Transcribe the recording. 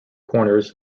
corners